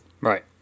Right